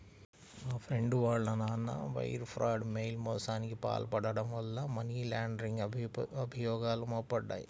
మా ఫ్రెండు వాళ్ళ నాన్న వైర్ ఫ్రాడ్, మెయిల్ మోసానికి పాల్పడటం వల్ల మనీ లాండరింగ్ అభియోగాలు మోపబడ్డాయి